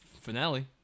Finale